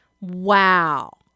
Wow